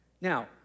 Now